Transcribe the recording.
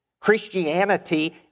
Christianity